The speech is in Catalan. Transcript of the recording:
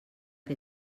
que